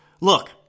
look